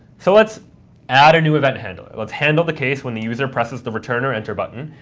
so let's add a new event handler. let's handle the case when the user presses the return or enter button,